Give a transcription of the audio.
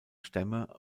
stämme